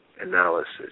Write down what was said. analysis